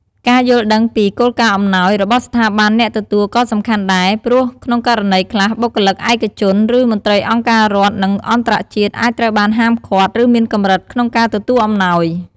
ការយល់ដឹងពី គោលការណ៍អំណោយ របស់ស្ថាប័នអ្នកទទួលក៏សំខាន់ដែរ ព្រោះក្នុងករណីខ្លះ បុគ្គលិកឯកជន ឬមន្ត្រីអង្គការរដ្ឋ និងអន្តរជាតិ អាចត្រូវបានហាមឃាត់ ឬមានកម្រិតកក្នុងការទទួលអំណោយ។